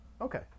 okay